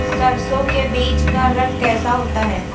सरसों के बीज का रंग कैसा होता है?